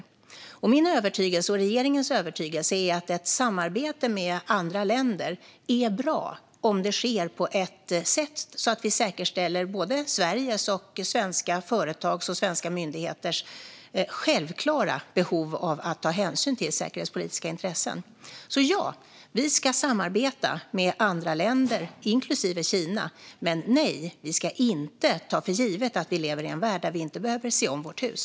Regeringens övertygelse, och min övertygelse, är att ett samarbete med andra länder är bra om det sker på ett sätt så att vi säkerställer Sveriges, svenska företags och svenska myndigheters självklara behov av att ta hänsyn till säkerhetspolitiska intressen. Ja, vi ska samarbeta med andra länder, inklusive Kina, men nej, vi ska inte ta för givet att vi lever i en värld där vi inte behöver se om vårt hus.